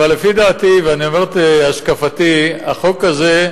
אבל לפי דעתי, ואני אומר את השקפתי, החוק הזה,